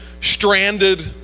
stranded